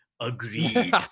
agreed